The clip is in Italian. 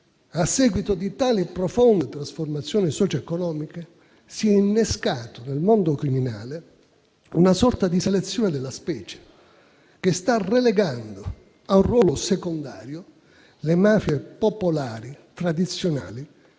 A seguito di tali profonde trasformazioni socioeconomiche si è innescata, nel mondo criminale, una sorta di selezione della specie, che sta relegando a un ruolo secondario le mafie popolari, tradizionali